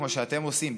כמו שאתם עושים,